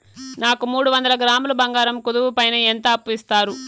నాకు మూడు వందల గ్రాములు బంగారం కుదువు పైన ఎంత అప్పు ఇస్తారు?